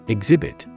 Exhibit